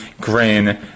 grain